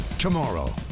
Tomorrow